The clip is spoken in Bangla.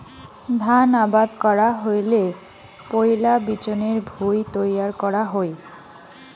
ধান আবাদ করা হইলে পৈলা বিচনের ভুঁই তৈয়ার করা হই